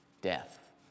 death